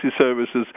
services